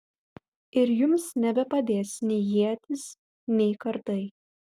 ir jums nebepadės nei ietys nei kardai